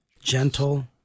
Gentle